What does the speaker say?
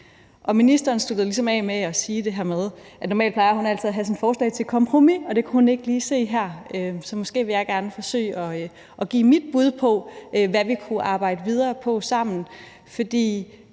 Ministeren sluttede af med at sige, at hun normalt plejer at have et forslag til et kompromis, men at hun ikke kunne se et lige her, så jeg vil gerne forsøge at give mit bud på, hvad vi kunne arbejde videre på sammen.